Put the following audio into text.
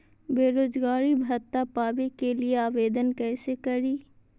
बेरोजगारी भत्ता पावे के लिए आवेदन कैसे करियय?